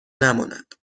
نماند